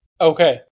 okay